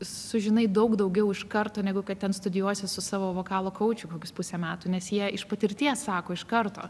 sužinai daug daugiau iš karto negu kad ten studijuosi su savo vokalo kaučiu kokius pusę metų nes jie iš patirties sako iš karto